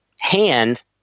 hand